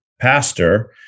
pastor